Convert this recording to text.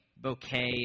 bouquet